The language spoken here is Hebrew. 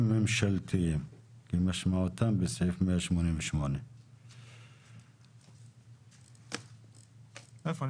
ממשלתיים כמשמעותם בסעיף 188. איפה?